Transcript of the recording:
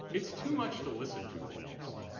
it's too much to listen to, almost.